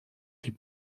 die